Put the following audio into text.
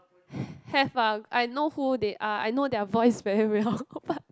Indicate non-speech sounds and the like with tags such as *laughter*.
*breath* have ah I know who they are I know their voice very well but